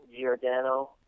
Giordano